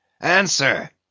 Answer